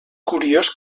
curiós